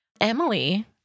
Emily